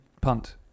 punt